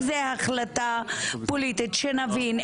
אם זה החלטה פוליטית, שנבין.